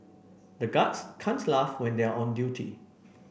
the guards laugh when they are on duty